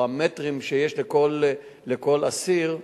המטרים שיש לכל אסיר,